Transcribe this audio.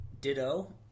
ditto